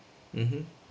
mmhmm